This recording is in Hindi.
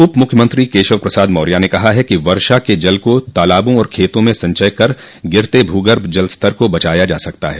उपमुख्यमंत्री केशव प्रसाद मौर्य ने कहा है कि वर्षा के जल का तालाबों और खेतों में संचयन कर गिरते भूगर्भ जल स्तर को बचाया जा सकता है